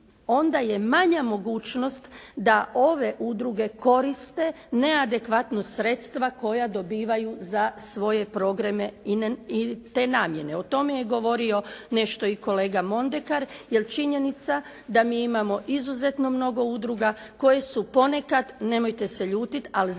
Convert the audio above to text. onda je manja mogućnost da ove udruge koriste neadekvatno sredstva koja dobivaju za svoje programe i te namjene. O tome je govorio nešto i kolega Mondekar, jer činjenica da mi imamo izuzetno mnogo udruga koje su ponekad nemojte se ljutiti, ali zaista